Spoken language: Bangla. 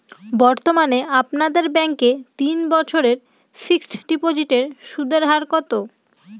বর্তমানে আপনাদের ব্যাঙ্কে তিন বছরের ফিক্সট ডিপোজিটের সুদের হার কত?